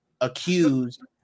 accused